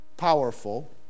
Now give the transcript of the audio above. powerful